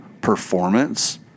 performance